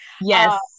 yes